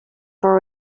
for